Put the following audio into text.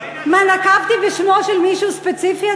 נקבתי בשמו של מישהו ספציפי,